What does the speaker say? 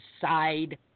side